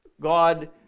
God